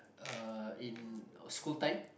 uh in our school time